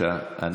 יזהר.